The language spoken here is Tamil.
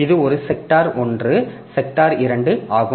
இது ஒரு செக்டார் 1 செக்டார் 2 ஆகும்